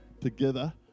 together